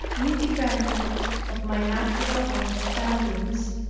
independent of my natural understandings,